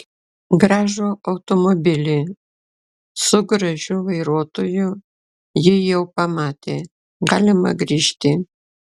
gražų automobilį su gražiu vairuotoju ji jau pamatė galima grįžti